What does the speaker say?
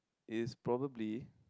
is probably